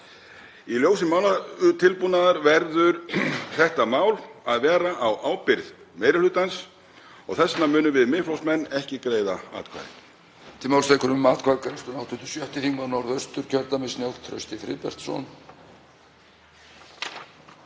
Í ljósi málatilbúnaðar verður þetta mál að vera á ábyrgð meiri hlutans. Þess vegna munum við Miðflokksmenn ekki greiða atkvæði.